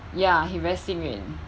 ya he very 幸运